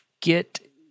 get